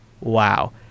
wow